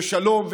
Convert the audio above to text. ושלום,